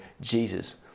Jesus